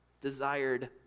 desired